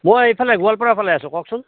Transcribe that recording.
মই এইফালে গোৱালপাৰা ফালে আছোঁ কওকচোন